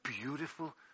beautiful